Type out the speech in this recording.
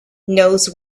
knows